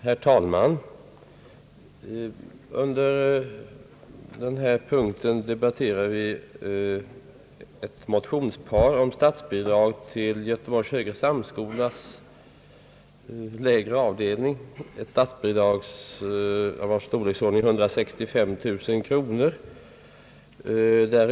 Herr talman! Under denna punkt debatterar vi bl.a. ett motionspar om statsbidrag till Göteborgs högre samskolas lägre avdelning, årskurserna 1—6, av storleksordningen 165 000 kronor.